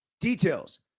Details